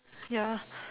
ya